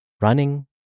running